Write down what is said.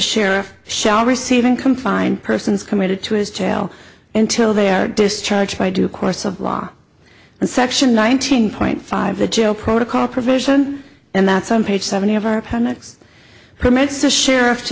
sheriff shall receive in confined persons committed to his jail until they are discharged by due course of law and section nineteen point five the jail protocol provision and that's on page seventy of our panics permits the sheriff